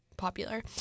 popular